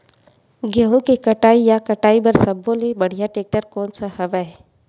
गेहूं के कटाई या कटाई बर सब्बो ले बढ़िया टेक्टर कोन सा हवय?